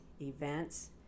events